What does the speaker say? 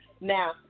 Now